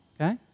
Okay